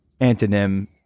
antonym